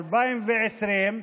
2020,